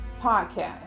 podcast